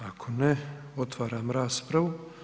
Ako ne, otvaram raspravu.